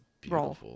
beautiful